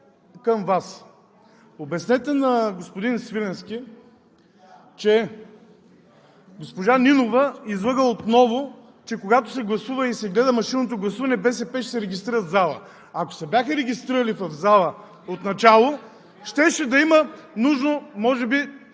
към Вас. Обяснете на господин Свиленски, че госпожа Нинова излъга отново, че когато се гласува и се гледа машинното гласуване, БСП ще се регистрират в залата. Ако се бяха регистрирали в залата от началото, може би